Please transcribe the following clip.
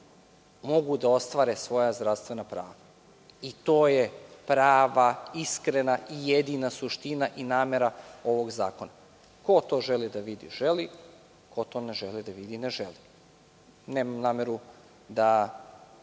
mogu da ostvare svoja zdravstvena prava. To je prava, iskrena i jedina suština i namera ovog zakona. Ko to želi da vidi, želi, a ko ne želi da vidi, ne želi. Nemam nameru da